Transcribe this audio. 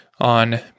on